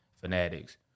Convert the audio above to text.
fanatics